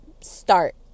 start